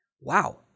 wow